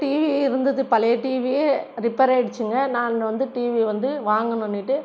TV இருந்தது பழைய TV repair ஆயிடுச்சுங்கள் நாங்கள் வந்து டிவி வந்து வாங்கணுன்னுட்டு